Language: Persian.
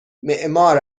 معمار